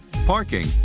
parking